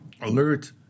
alert